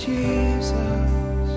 Jesus